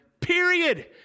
Period